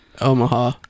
Omaha